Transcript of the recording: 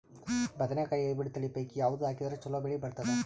ಬದನೆಕಾಯಿ ಹೈಬ್ರಿಡ್ ತಳಿ ಪೈಕಿ ಯಾವದು ಹಾಕಿದರ ಚಲೋ ಬೆಳಿ ಬರತದ?